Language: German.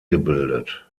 gebildet